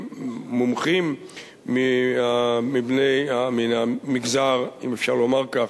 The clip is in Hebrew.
אנשים מומחים מבני המגזר, אם אפשר לומר כך,